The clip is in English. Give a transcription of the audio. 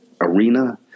arena